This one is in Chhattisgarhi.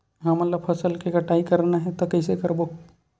हमन ला फसल के कटाई करना हे त कइसे करबो?